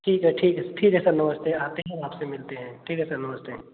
ठीक है ठीक है ठीक है सर नमस्ते आते हैं आप से मिलते हैं ठीक है सर नमस्ते